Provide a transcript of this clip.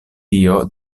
tio